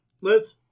Liz